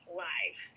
live